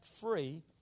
free